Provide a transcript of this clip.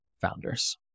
founders